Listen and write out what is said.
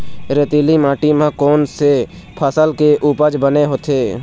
रेतीली माटी म कोन से फसल के उपज बने होथे?